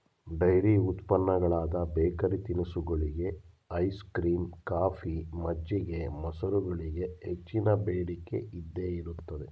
dairy ಉತ್ಪನ್ನಗಳಾದ bakery ತಿನಿಸುಗಳಿಗೆ, ice cream, coffee, ಮಜ್ಜಿಗೆ, ಮೊಸರುಗಳಿಗೆ ಹೆಚ್ಚಿನ ಬೇಡಿಕೆ ಇದ್ದೇ ಇರುತ್ತದೆ